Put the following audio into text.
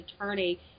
attorney